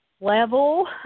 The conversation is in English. level